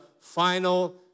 final